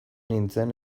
nintzen